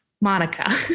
Monica